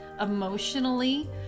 emotionally